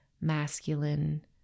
masculine